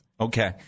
Okay